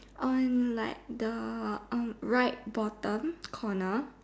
on like the um right bottom corner